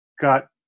got